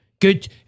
Good